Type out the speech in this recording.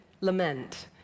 lament